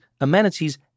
amenities